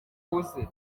uze